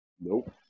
Nope